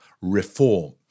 reform